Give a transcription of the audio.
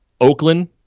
Oakland